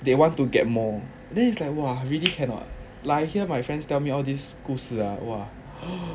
they want to get more then is like !wah! really cannot like I hear my friends tell me all these 故事 ah !wah!